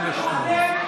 אנחנו לא נוסיף שום דובר.